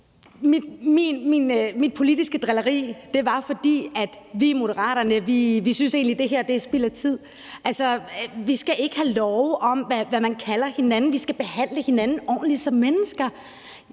Mit politiske drilleri skyldtes, at vi i Moderaterne egentlig synes, at det her er spild af tid. Vi skal ikke have love om, hvad man kalder hinanden, vi skal behandle hinanden ordentligt som mennesker.